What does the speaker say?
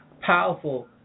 powerful